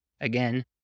again